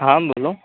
હા બોલો